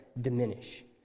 diminish